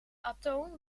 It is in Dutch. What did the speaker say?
atoom